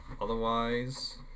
otherwise